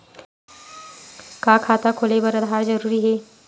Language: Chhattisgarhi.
का खाता खोले बर आधार जरूरी हे?